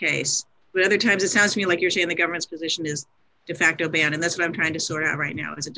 case but other times it sounds to me like you're saying the government's position is defacto ban and that's what i'm trying to sort out right now is